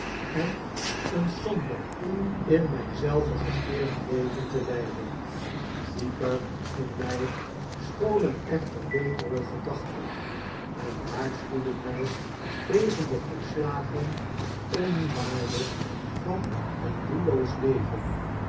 en een somber in my zelven gekeerd leven te leiden dieper in my scholen echter betere gedachten en waarschuwden mij tegen de volslagen onwaarde van een doelloos leven